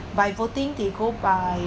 by voting they go by